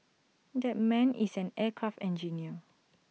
that man is an aircraft engineer